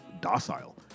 docile